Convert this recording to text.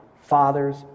father's